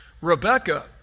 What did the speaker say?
Rebecca